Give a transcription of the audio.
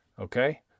Okay